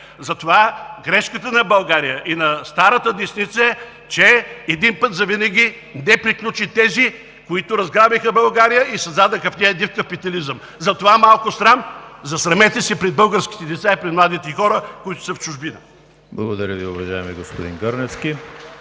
Затова грешката на България и на старата десница е, че един път завинаги не приключи тези, които я разграбиха и създадоха в нея див капитализъм. Затова малко срам! Засрамете се пред българските деца и пред младите хора, които са в чужбина. ПРЕДСЕДАТЕЛ ЕМИЛ ХРИСТОВ: Благодаря, господин Гърневски.